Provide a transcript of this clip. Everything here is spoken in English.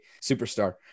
superstar